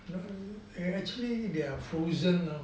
you know ah actually they are frozen ah